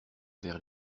vers